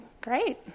great